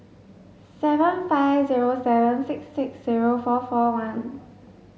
seven five zero seven six six zero four four one